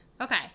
Okay